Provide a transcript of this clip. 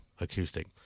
acoustic